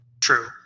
true